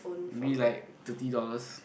maybe like thirty dollars